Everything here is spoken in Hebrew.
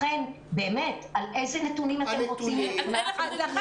לכן, באמת איזה נתונים אתם רוצים לקבל?